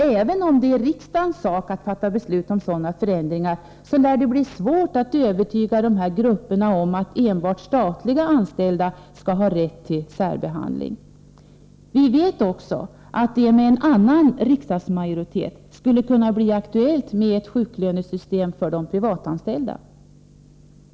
Även om det är riksdagens sak att fatta beslut om sådana förändringar lär det bli svårt att övertyga dessa grupper om att enbart statligt anställda skall ha rätt till särbehandling. Vi vet också att det med en annan riksdagsmajoritet skulle kunna bli aktuellt med ett sjuklönesystem för de privatanställda.